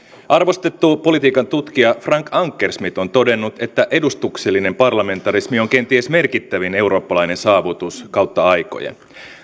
arvostettu politiikan tutkija frank ankers mit on todennut että edustuksellinen parlamentarismi on kenties merkittävin eurooppalainen saavutus kautta aikojen